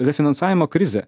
refinansavimo krizė